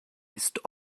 ist